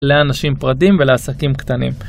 לאנשים פרטיים ולעסקים קטנים